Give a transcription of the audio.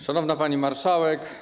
Szanowna Pani Marszałek!